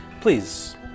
Please